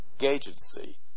agency